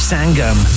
Sangam